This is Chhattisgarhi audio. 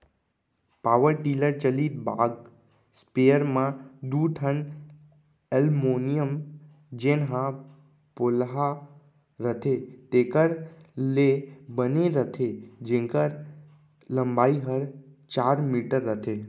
पॉवर टिलर चलित बाग स्पेयर म दू ठन एलमोनियम जेन ह पोलहा रथे तेकर ले बने रथे जेकर लंबाई हर चार मीटर रथे